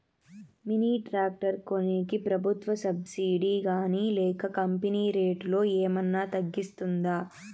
Mini tractor కొనేకి ప్రభుత్వ subsidy గాని లేక కంపెని రేటులో ఏమన్నా తగ్గిస్తుందా?